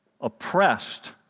oppressed